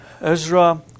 Ezra